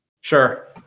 Sure